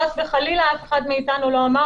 חס וחלילה, אף אחד מאתנו לא אמר.